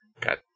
Got